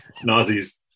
Nazis